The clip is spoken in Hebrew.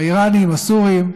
האיראנים, הסורים,